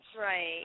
Right